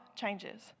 changes